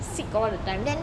sick all the time then